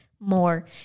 more